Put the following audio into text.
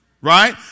right